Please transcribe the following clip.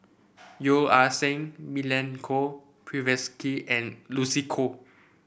Yeo Ah Seng Milenko Prvacki and Lucy Koh